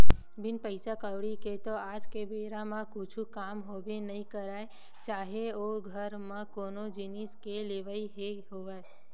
बिन पइसा कउड़ी के तो आज के बेरा म कुछु काम होबे नइ करय चाहे ओ घर म कोनो जिनिस के लेवई के होवय